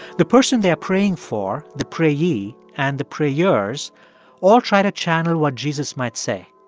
the person they're praying for, the prayee, and the prayers all try to channel what jesus might say.